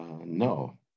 no